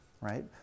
right